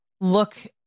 look